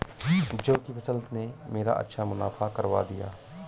जौ की फसल ने मेरा अच्छा मुनाफा करवा दिया